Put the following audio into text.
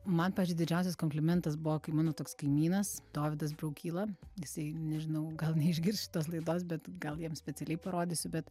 man pavyzdžiui didžiausias komplimentas buvo kai mano toks kaimynas dovydas braukyla jisai nežinau gal neišgirs šitos laidos bet gal jam specialiai parodysiu bet